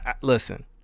listen